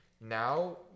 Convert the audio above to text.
now